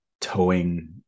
towing